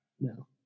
No